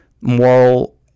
moral